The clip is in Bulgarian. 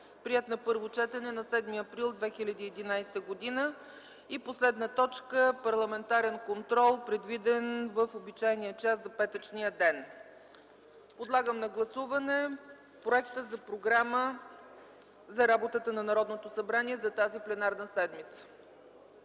Приет на първо четене на 7 април 2011 г.) 15. Парламентарен контрол. Парламентарният контрол е предвиден в обичайния час за петъчния ден. Подлагам на гласуване проекта за програма за работата на Народното събрание за тази пленарна седмица.